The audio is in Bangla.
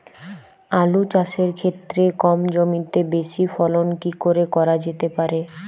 আলু চাষের ক্ষেত্রে কম জমিতে বেশি ফলন কি করে করা যেতে পারে?